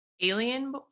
Alien